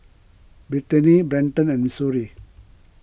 Britany Brenton and Missouri